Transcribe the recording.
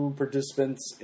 participants